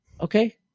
okay